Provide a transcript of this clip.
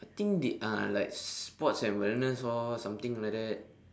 I think the uh like sports and wellness orh something like that